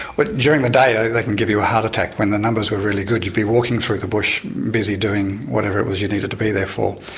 but during the day they can give you a heart attack. when the numbers were really good you'd be walking through the bush busy doing whatever it was you needed to be there for,